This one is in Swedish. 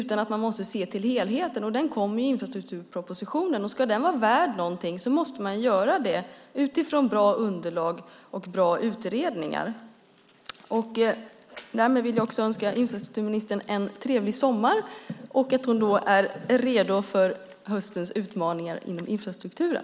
Man måste se till helheten, och den kommer i infrastrukturpropositionen. Ska den vara värd någonting måste det vara bra underlag och bra utredningar. Därmed vill jag önska infrastrukturministern en trevlig sommar som gör henne redo för höstens utmaningar inom infrastrukturen.